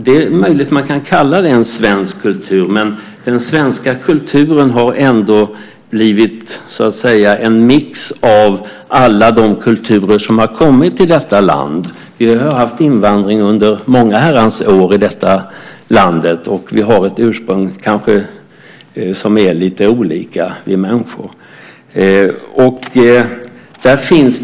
Det är möjligt att man kan kalla det en svensk kultur, men den svenska kulturen har ändå blivit en mix av alla de kulturer som har kommit till detta land. Vi har haft invandring under många herrans år i detta land, och vi människor har olika ursprung.